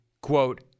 quote